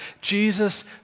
Jesus